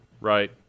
right